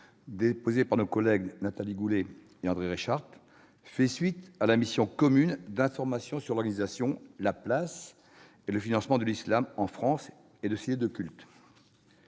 déposée par nos collègues Nathalie Goulet et André Reichardt fait suite à la mission commune d'information sur l'organisation, la place et le financement de l'islam en France et de ses lieux de culte.